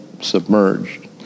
submerged